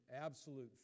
absolute